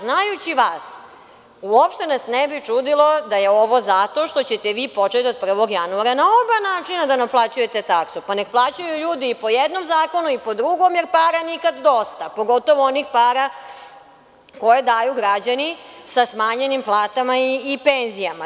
Znajući vas, uopšte nas ne bi čudilo da je ovo zato što ćete vi početi od 1. januara na oba načina da naplaćujete taksu, pa nek plaćaju ljudi i po jednom i po drugom zakonu, jer para nikad dosta, pogotovo onih para koje daju građani sa smanjenim platama i penzijama.